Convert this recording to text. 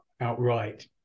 outright